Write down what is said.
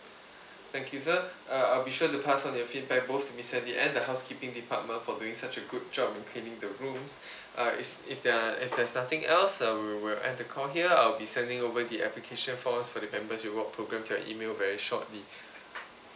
thank you sir uh I'll be sure to pass on your feedback both to miss sandy and the housekeeping department for doing such a good job in cleaning the rooms uh is if there are if there's nothing else uh we will end the call here I'll be sending over the application form for the members rewards programme to your email very shortly